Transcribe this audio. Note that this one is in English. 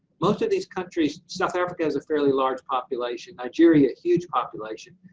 most of these countries, south africa has a fairly large population. nigeria, a huge population,